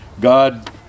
God